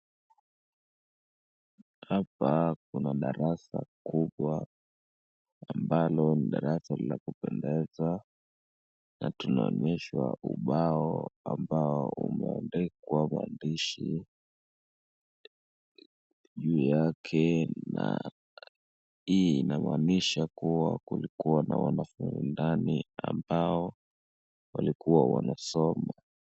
Hapa kuna darasa kubwa ambalo ni darasa la kupendeza na tunaonyeshwa ubao ambao umeandikwa maandishi juu yake na hii inamaanisha kuwa kulikua na wanafunzi ndani ambao walikua wanasoma.